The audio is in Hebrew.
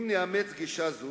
אם נאמץ גישה זו,